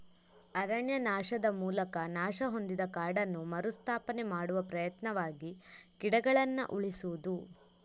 ಅರಣ್ಯನಾಶದ ಮೂಲಕ ನಾಶ ಹೊಂದಿದ ಕಾಡನ್ನು ಮರು ಸ್ಥಾಪನೆ ಮಾಡುವ ಪ್ರಯತ್ನವಾಗಿ ಗಿಡಗಳನ್ನ ಉಳಿಸುದು